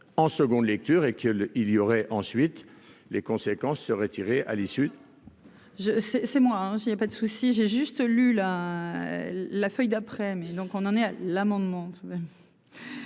en seconde lecture et que le il y aurait ensuite les conséquences se retirer à l'issue. Je sais, c'est moi, hein, j'avait pas de souci, j'ai juste lu la la feuille d'après-midi, donc on en est à l'amendement.